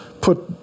put